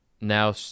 now